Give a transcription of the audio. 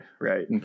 right